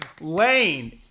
Lane